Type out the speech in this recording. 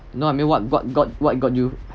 you know I mean what what got what got you